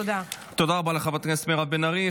תודה רבה לחברת הכנסת מירב בן ארי.